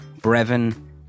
Brevin